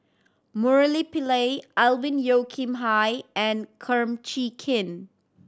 Murali Pillai Alvin Yeo Khirn Hai and Kum Chee Kin